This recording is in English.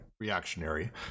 reactionary